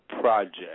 project